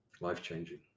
life-changing